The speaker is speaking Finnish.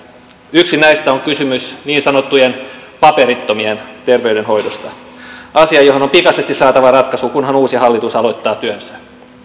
yksi näistä on kysymys niin sanottujen paperittomien terveydenhoidosta asia johon on pikaisesti saatava ratkaisu kunhan uusi hallitus aloittaa työnsä